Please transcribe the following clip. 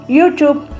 YouTube